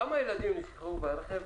כמה ילדים נשכחו ברכב?